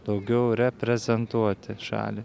daugiau reprezentuoti šalį